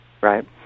right